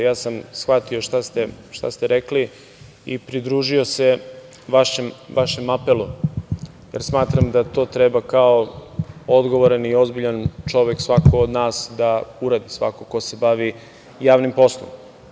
Ja sam shvatio šta ste rekli i pridružio se vašem apelu, jer smatram da to treba kao odgovoran i ozbiljan čovek svako od nas da uradi, svako ko se bavi javnim poslom.